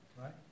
right